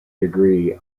degree